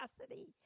capacity